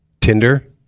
Tinder